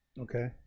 Okay